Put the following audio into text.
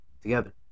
together